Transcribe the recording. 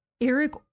eric